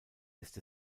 ist